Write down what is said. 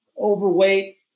overweight